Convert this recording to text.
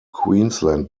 queensland